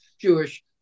Jewish